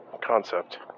concept